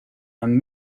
and